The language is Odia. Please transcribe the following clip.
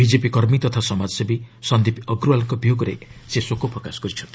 ବିଜେପି କର୍ମୀ ତଥା ସମାଜସେବୀ ସନ୍ଦୀପ୍ ଅଗ୍ରୱାଲ୍ଙ୍କ ବିୟୋଗରେ ସେ ଶୋକ ପ୍ରକାଶ କରିଚ୍ଛନ୍ତି